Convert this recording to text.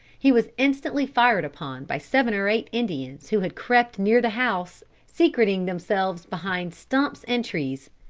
he was instantly fired upon by seven or eight indians who had crept near the house secreting themselves behind stumps and trees.